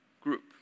group